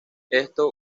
esto